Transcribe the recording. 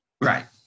Right